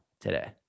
today